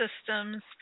systems